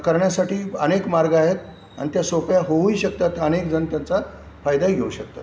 करण्यासाठी अनेक मार्ग आहेत आणि त्या सोप्या होऊही शकतात अनेकजण त्याचा फायदाही घेऊ शकतात